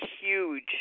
huge